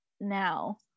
now